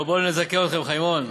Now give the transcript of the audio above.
בוא ונזכה אתכם, חיימון.